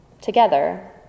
Together